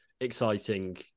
exciting